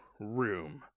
room